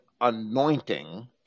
anointing